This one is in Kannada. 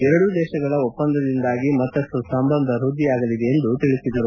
ಎರಡೂ ದೇಶಗಳ ಒಪ್ಪಂದದಿಂದಾಗಿ ಮತ್ತಷ್ಟು ಸಂಬಂಧ ವೃದ್ಧಿಯಾಗಲಿದೆ ಎಂದು ಹೇಳಿದ್ದಾರೆ